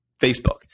Facebook